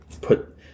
put